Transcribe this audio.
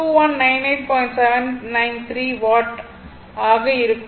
793 watt ஆக இருக்கும்